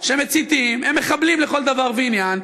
שמציתים הם מחבלים לכל דבר ועניין.